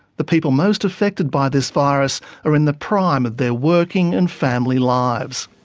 the people most affected by this virus are in the prime of their working and family lives.